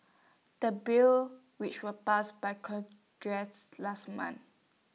the bill which was passed by congress last month